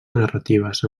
narratives